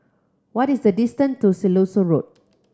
what is the distance to Siloso Road